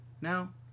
now